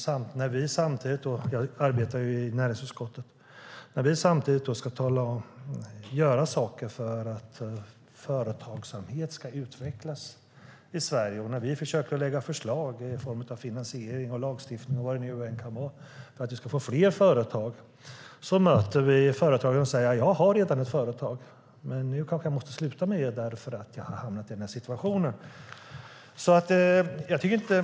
Jag sitter ju i näringsutskottet, och när vi ska göra saker för att företagsamhet ska utvecklas i Sverige och försöker lägga fram förslag i form av finansiering, lagstiftning och vad det nu än kan vara för att vi ska få fler företag möter vi företag som säger: Jag har redan ett företag, men nu kanske jag måste sluta med det därför att jag har hamnat i den här situationen.